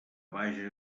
vaja